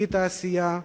בלי תעשייה,